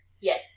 Yes